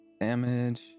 damage